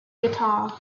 guitar